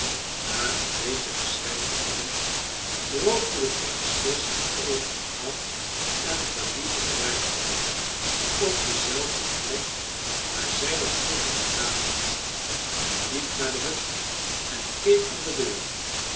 xa een beetje geschreid te hebben droogde de prinses haar oogen af en verliet het rijtuig op dezelfde plek waar zij dat vroeger gedaan had en liep naar de hut en keek om de deur